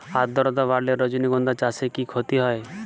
আদ্রর্তা বাড়লে রজনীগন্ধা চাষে কি ক্ষতি হয়?